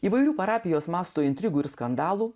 įvairių parapijos mastų intrigų ir skandalų